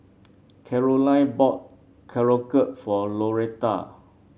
Caroline bought Korokke for Loretta